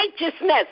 righteousness